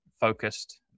focused